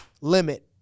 limit